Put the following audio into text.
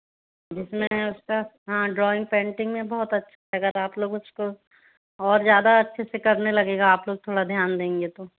जिसमें उसका हाँ ड्रॉइंग पैंटिंग में बहुत अच्छा है अगर आप लोग उसको और ज़्यादा अच्छे से करने लगेगा आप लोग थोड़ा ध्यान देंगे तो